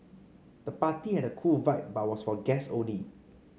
the party had a cool vibe but was for guest only